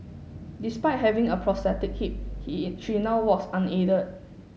despite having a prosthetic hip she now walks unaided